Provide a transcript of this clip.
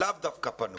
שלאו דווקא פנו?